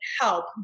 help